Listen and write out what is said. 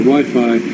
Wi-Fi